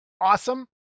awesome